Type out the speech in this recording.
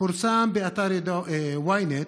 פורסם באתר ynet: